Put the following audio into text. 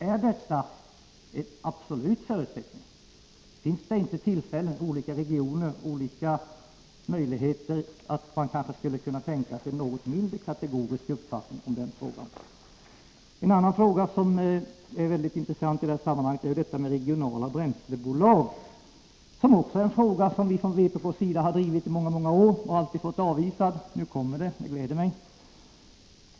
Är detta en absolut förutsättning? Finns det inte möjligheter att man i olika regioner skulle kunna tänka sig en något mindre kategorisk uppfattning i denna fråga? En annan mycket intressant sak i detta sammanhang är de regionala bränslebolagen — en fråga som vi från vpk:s sida har drivit i många år men alltid fått avvisad. Nu kommer de regionala bränslebolagen, och det gläder mig.